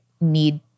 need